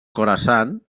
khorasan